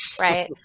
right